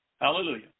Hallelujah